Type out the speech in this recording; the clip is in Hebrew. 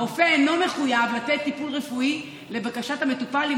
הרופא אינו מחויב לתת טיפול רפואי לבקשת המטופל אם